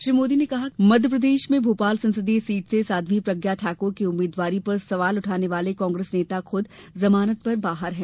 श्री मोदी ने कहा कि मध्य प्रदेश में भोपाल संसदीय सीट से साध्वी प्रज्ञा ठाकुर की उम्मीदवारी पर सवाल उठाने वाले कांग्रेस नेता खुद जमानत पर बाहर हैं